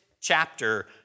chapter